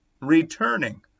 returning